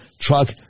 truck